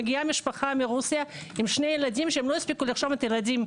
מגיעה משפחה מרוסיה עם שני ילדים שלא הספיקו לרשום את הילדים,